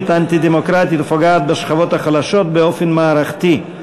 ואנטי-דמוקרטית ופוגעת בשכבות החלשות באופן מערכתי.